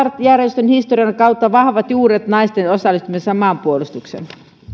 järjestön historian kautta vahvat juuret naisten osallistumisesta maanpuolustukseen